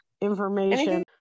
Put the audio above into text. information